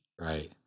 right